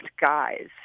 guys